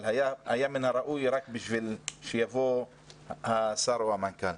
מן הראוי היה שיבוא השר או המנכ"ל.